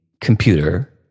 computer